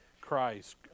Christ